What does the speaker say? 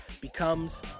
becomes